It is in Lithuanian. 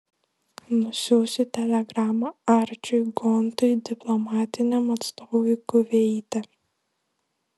nusiųsiu telegramą arčiui gontui diplomatiniam atstovui kuveite